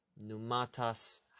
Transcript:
Numatas